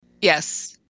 Yes